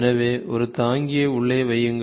எனவேஒரு தாங்கியை உள்ளே வையுங்கள்